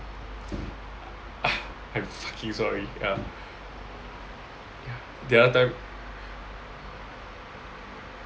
I'm fucking sorry ya the other time